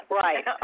right